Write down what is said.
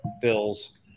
bills